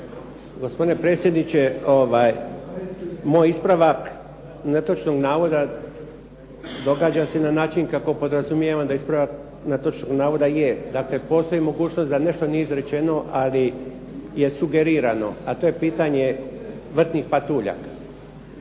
Gospodine predsjedniče, moj ispravak netočnog navoda događa se na način kako podrazumijevam da ispravak netočnog navoda je. Dakle, postoji mogućnost da nešto nije izrečeno, ali je sugerirano. A to je pitanje vrtnih patuljaka.